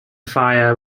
fire